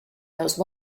those